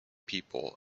people